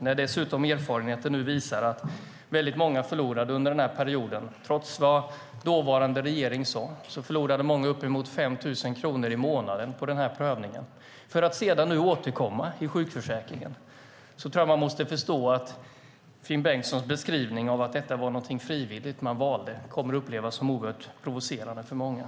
När dessutom erfarenheten nu visar, trots vad dåvarande regering sade, att många förlorade uppemot 5 000 kronor i månaden på den här prövningen för att sedan återkomma i sjukförsäkringen, tror jag att man måste förstå att Finn Bengtssons beskrivning att detta var något som man valde frivilligt kommer att upplevas som oerhört provocerande för många.